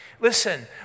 Listen